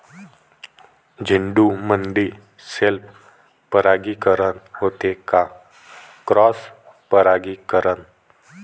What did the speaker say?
झेंडूमंदी सेल्फ परागीकरन होते का क्रॉस परागीकरन?